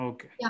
Okay